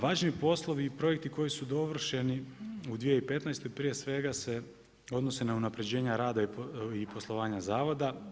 Važni poslovi i projekti koji su dovršeni u 2015. prije svega se odnose na unapređenje rada i poslovanja zavoda.